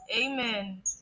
Amen